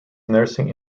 nursing